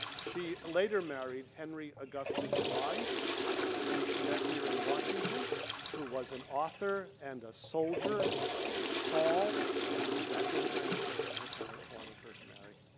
she later married henry augustus wise whom she met here in washington who was an author and a soldier and tall and exactly the kind of person her parents wanted her to marry.